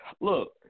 Look